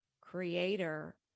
creator